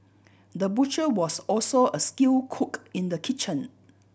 the butcher was also a skilled cook in the kitchen